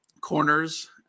corners